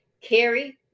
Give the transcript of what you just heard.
carrie